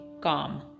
calm